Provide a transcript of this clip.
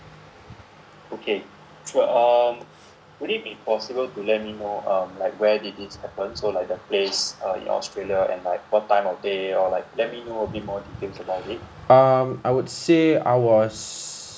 um I would say I was